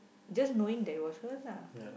just knowing that it was her lah